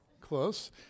Close